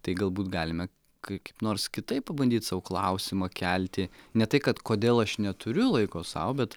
tai galbūt galime kaip kaip nors kitaip pabandyt sau klausimą kelti ne tai kad kodėl aš neturiu laiko sau bet